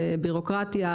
בירוקרטיה,